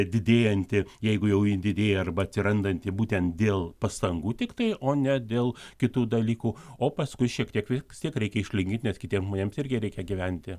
didėjanti jeigu jau jin didėja arba atsirandanti būtent dėl pastangų tiktai o ne dėl kitų dalykų o paskui šiek tiek vis tiek reikia išlygint nes kitiem žmonėms irgi reikia gyventi